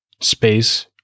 space